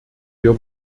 wir